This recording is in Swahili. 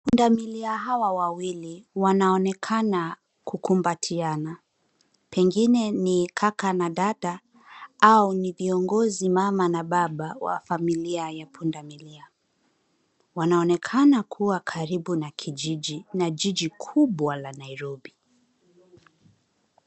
Pundamilia hawa wawili wanaonekana kukumbatiana, pengine ni kaka na dada au ni viongozi(mama na baba) wa familia ya pundamilia. Wanaonekana kuwa karibu na kijiji na jiji kubwa la Nairobi.